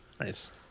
Nice